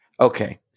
Okay